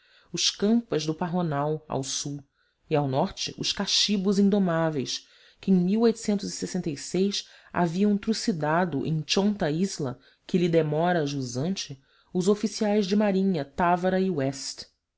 os campas do pajonal ao sul e ao norte os caxibos indomáveis que em haviam trucidado em chonta isla que lhe demora a jusante os oficiais de marinha tavara e west